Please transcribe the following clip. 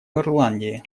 ирландии